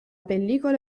pellicola